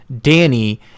Danny